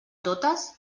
totes